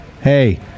Hey